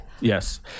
Yes